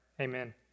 amen